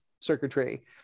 circuitry